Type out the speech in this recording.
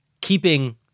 keeping